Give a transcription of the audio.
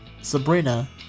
Sabrina